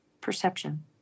perception